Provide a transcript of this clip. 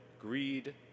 greed